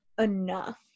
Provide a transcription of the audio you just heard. enough